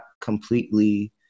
completely –